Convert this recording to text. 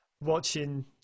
watching